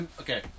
okay